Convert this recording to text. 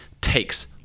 takes